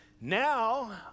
Now